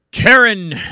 Karen